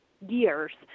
years